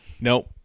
Nope